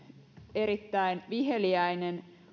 erittäin viheliäinen